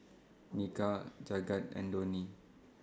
Milkha Jagat and Dhoni